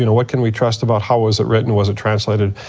you know what can we trust about how was it written, was it translated,